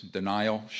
denial